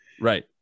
Right